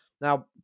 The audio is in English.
Now